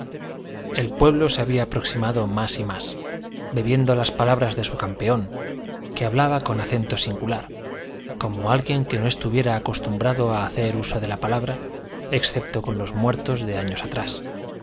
el pueblo se había aproximado más y más bebiendo las palabras de su campeón que hablaba con acento singular como alguien que no estuviera acostumbrado a hacer uso de la palabra excepto con los muertos de años atrás